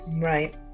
Right